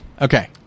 Okay